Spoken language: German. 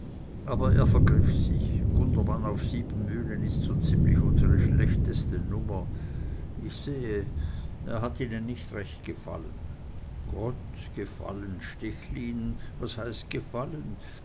aber er vergriff sich gundermann auf siebenmühlen ist so ziemlich unsere schlechteste nummer ich sehe er hat ihnen nicht recht gefallen gott gefallen stechlin was heißt gefallen